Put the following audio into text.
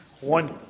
one